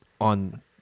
on